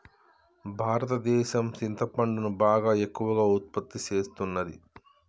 భారతదేసం సింతపండును బాగా ఎక్కువగా ఉత్పత్తి సేస్తున్నది